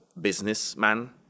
businessman